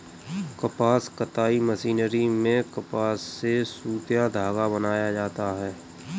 कपास कताई मशीनरी में कपास से सुत या धागा बनाया जाता है